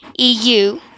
EU